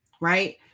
right